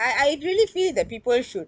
I really feel that people should